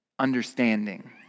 Understanding